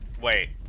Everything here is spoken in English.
Wait